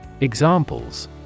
Examples